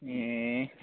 ए